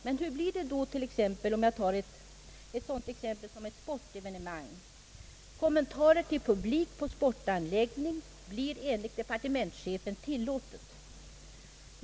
Men hur blir det då med sportevenemang i. ex.? Kommentarer till publik vid sportanläggning blir enligt departementschefen tillåtna.